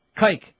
Kike